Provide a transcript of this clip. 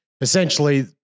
essentially